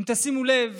אם תשימו לב,